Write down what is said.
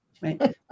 right